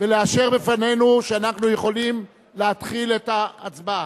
ולאשר בפנינו שאנחנו יכולים להתחיל את ההצבעה.